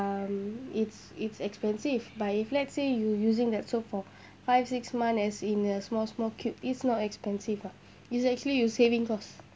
um it's it's expensive but if let's say you using that soap for five six month as in a small small cube it's not expensive lah it's actually you saving cost